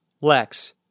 Lex